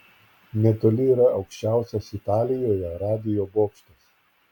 netoli yra aukščiausias italijoje radijo bokštas